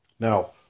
Now